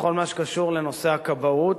בכל מה שקשור לנושא הכבאות,